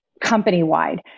company-wide